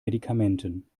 medikamenten